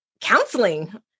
Counseling